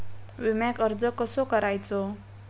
विम्याक अर्ज कसो करायचो?